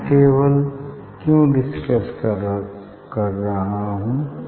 मैं यह टेबल क्यों डिस्कस कर रहा हूँ